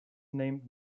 named